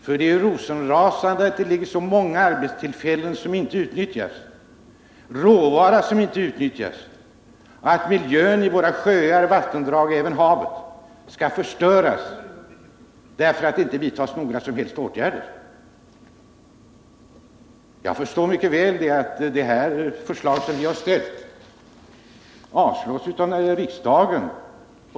För det är rosenrasande att det finns så många möjligheter till arbetstillfällen som inte utnyttjas, så mycket råvara som inte tas till vara och att miljön i våra sjöar och vattendrag, t.o.m. havet, skall förstöras, därför att det inte vidtas några som helst åtgärder. Jag förstår mycket väl att det förslag vi har ställt avstyrks av näringsutskottet och kommer att avslås av riksdagen.